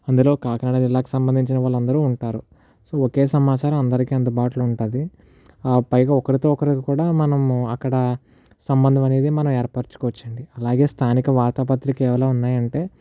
అందులో కాకినాడ జిల్లాకు సంబంధించిన వాళ్ళందరూ ఉంటారు సో ఒకే సమాచారం అందరికీ అందుబాటులో ఉంటుంది ఆ పైగా ఒకరితో ఒకరు కూడా మనం అక్కడ సంబంధం అనేది మనం ఏర్పరచుకోవచ్చు అండీ అలాగే స్థానిక వార్తాపత్రికలు కేవలం ఉన్నాయంటే